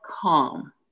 calm